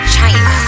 China